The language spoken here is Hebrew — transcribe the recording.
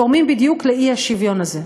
תורמים בדיוק לאי-שוויון הזה.